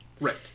Right